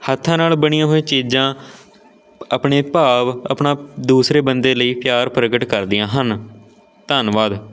ਹੱਥਾਂ ਨਾਲ਼ ਬਣੀਆਂ ਹੋਈਆਂ ਚੀਜ਼ਾਂ ਆਪਣੇ ਭਾਵ ਆਪਣਾ ਦੂਸਰੇ ਬੰਦੇ ਲਈ ਪਿਆਰ ਪ੍ਰਗਟ ਕਰਦੀਆਂ ਹਨ ਧੰਨਵਾਦ